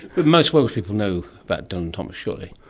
but most welsh people know about dylan thomas, surely.